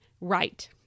right